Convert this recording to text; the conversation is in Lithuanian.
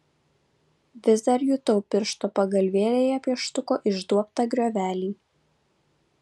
vis dar jutau piršto pagalvėlėje pieštuko išduobtą griovelį